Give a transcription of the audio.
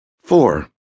Four